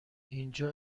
اینجا